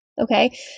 Okay